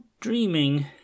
dreaming